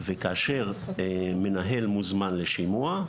וכאשר מנהל מוזמן לשימוע,